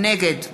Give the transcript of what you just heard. נגד